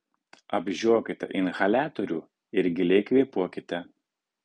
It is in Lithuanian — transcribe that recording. apžiokite inhaliatorių ir giliai kvėpuokite